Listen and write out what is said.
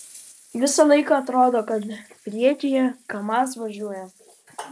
visą laiką atrodo kad priekyje kamaz važiuoja